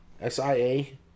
S-I-A